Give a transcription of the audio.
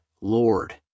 Lord